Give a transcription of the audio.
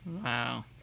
Wow